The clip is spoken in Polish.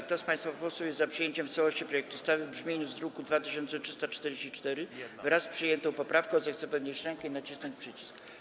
Kto z państwa posłów jest za przyjęciem w całości projektu ustawy w brzmieniu z druku nr 2344, wraz z przyjętą poprawką, zechce podnieść rękę i nacisnąć przycisk.